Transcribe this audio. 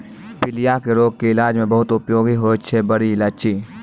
पीलिया के रोग के इलाज मॅ बहुत उपयोगी होय छै बड़ी इलायची